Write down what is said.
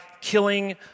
killing